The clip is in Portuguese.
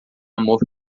amor